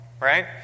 Right